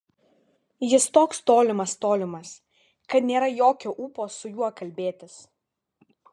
jis toks tolimas tolimas kad nėra jokio ūpo su juo kalbėtis